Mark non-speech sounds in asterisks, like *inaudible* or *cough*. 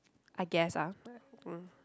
I guess ah *noise*